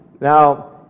now